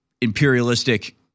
imperialistic